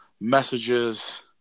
messages